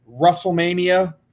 WrestleMania